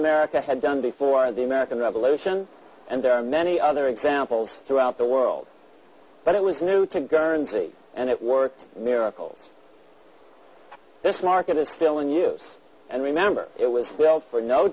america had done before the american revolution and there are many other examples throughout the world but it was new to guernsey and it worked miracles this market is still in use and remember it was well for no